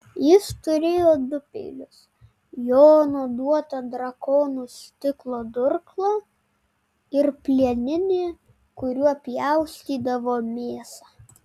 jis turėjo du peilius jono duotą drakonų stiklo durklą ir plieninį kuriuo pjaustydavo mėsą